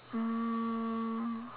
um